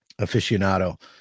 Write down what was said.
aficionado